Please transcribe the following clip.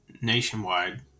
nationwide